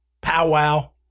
powwow